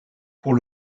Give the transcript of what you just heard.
pour